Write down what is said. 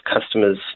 customers